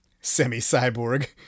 semi-cyborg